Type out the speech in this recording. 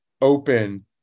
open